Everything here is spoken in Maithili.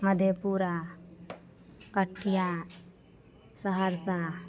मधेपुरा कटिहार सहरसा